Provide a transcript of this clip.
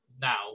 now